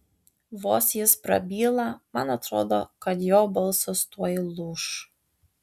vos jis prabyla man atrodo kad jo balsas tuoj lūš